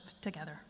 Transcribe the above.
together